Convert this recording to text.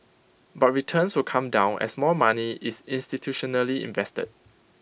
but returns will come down as more money is institutionally invested